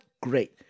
great